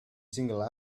single